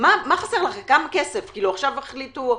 כמה כסף חסר לכם?